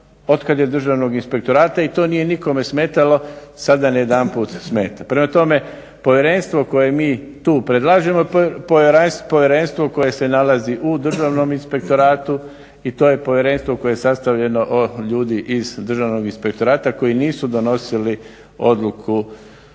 otkad je Državnog inspektorata i to nije nikome smetalo, sada najedanput smeta. Prema tome, povjerenstvo koje mi tu predlažemo, povjerenstvo koje se nalazi u Državnom inspektoratu i to je povjerenstvo koje je sastavljeno od ljudi iz državnog inspektorata koji nisu donosili odluku na